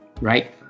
right